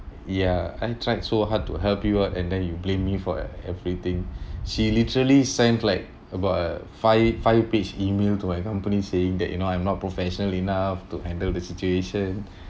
ya I tried so hard to help you up and then you blame me for everything she literally send like about a five five page email to my company saying that you know I'm not professional enough to handle the situation